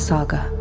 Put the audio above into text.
Saga